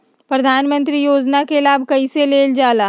प्रधानमंत्री योजना कि लाभ कइसे लेलजाला?